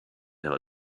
ever